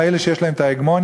אלה שיש להם ההגמוניה,